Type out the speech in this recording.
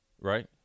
Right